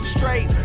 Straight